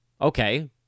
Okay